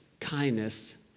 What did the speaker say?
Kindness